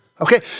Okay